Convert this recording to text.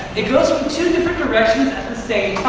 it goes from two different directions at the same